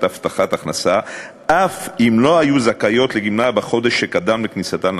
הבטחת הכנסה אף אם לא היו זכאיות לגמלה בחודש שקדם לכניסתן למקלט.